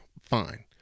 fine